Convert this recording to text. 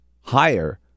higher